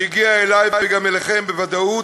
שהגיע אלי, וגם אליכם, בוודאות,